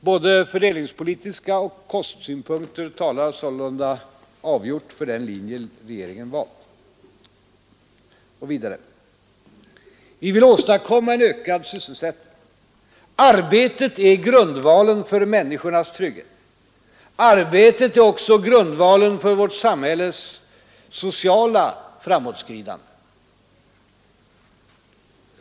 Både fördelningspolitiska och kostsynpunkter talar sålunda avgjort för den linje regeringen valt. Och vidare. Vi vill åstadkomma en ökad sysselsättning. Arbetet är grundvalen för människornas trygghet. Arbetet är också grundvalen för vårt samhälles sociala framåtskridande.